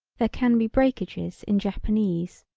there can be breakages in japanese.